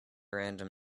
random